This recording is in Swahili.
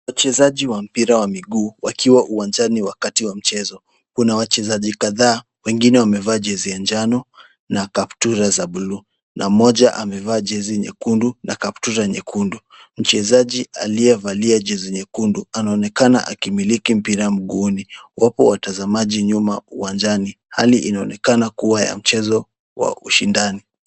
Wachezaji wa mpira wa miguu wakiwa uwanjani wakati wa mchezo. Kuna wachezaji kadhaa. Wengine wamevaa jezi ya jano na kaptura za blue na mmoja amevaa jezi nyekundu na kaptura nyekundu. Mchezaji aliyevalia jezi nyekundu anaonekana akimiliki mpira mguuni. Wapo watazamaji nyuma uwanjani. Hali inaonekana kuwa mchezo wa ushindani.